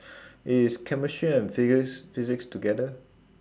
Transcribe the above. is chemistry and physics physics together